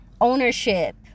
ownership